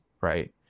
right